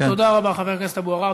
תודה רבה, חבר הכנסת אבו עראר.